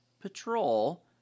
Patrol